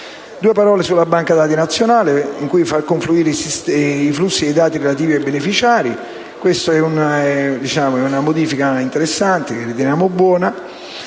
due parole alla banca dati nazionale in cui far confluire i flussi dati relativi ai beneficiari. Questa è una modifica interessante, che riteniamo buona: